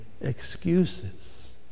excuses